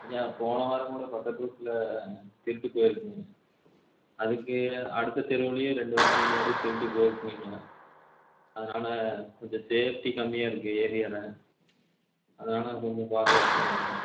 ஐயா போன வாரம் கூட பக்கத்து வீட்டில் திருட்டுப் போய்ருக்குங்க அதுக்கு அடுத்த தெருவிலையும் ரெண்டு வாரத்துக்கு முன்னாடி திருட்டுப் போய்ருக்குங்க ஐயா அதனால் கொஞ்சம் சேஃப்டி கம்மியாக இருக்குது ஏரியாவில் அதனால் கொஞ்சம் பாதுகாப்பு வேணும்ங்க